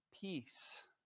peace